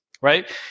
right